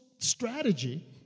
strategy